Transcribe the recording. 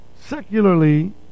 secularly